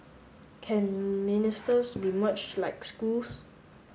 can ministers be merged like schools